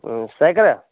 सैकड़ा